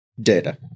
Data